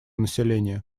населения